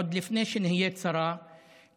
עוד לפני שנהיית שרה,